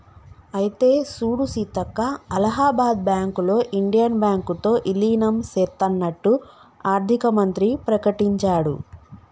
అయితే సూడు సీతక్క అలహాబాద్ బ్యాంకులో ఇండియన్ బ్యాంకు తో ఇలీనం సేత్తన్నట్టు ఆర్థిక మంత్రి ప్రకటించాడు